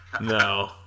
No